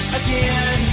again